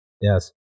Yes